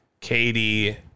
Katie